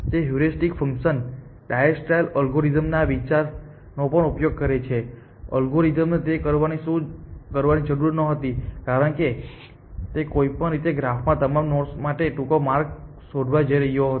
તે heuristic function Dijkstra's એલ્ગોરિધમના આ વિચારનો પણ ઉપયોગ કરે છે એલ્ગોરિધમને તે કરવાની જરૂર નહોતી કારણ કે તે કોઈપણ રીતે ગ્રાફમાં તમામ નોડ્સ માટે ટૂંકો માર્ગ શોધવા જઈ રહ્યો હતો